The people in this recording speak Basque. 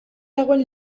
dagoen